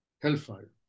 Hellfire